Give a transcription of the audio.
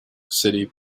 city